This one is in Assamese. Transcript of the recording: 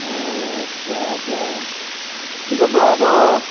অঁ আচ্ছা এতিয়া দিব পৰা হ'ব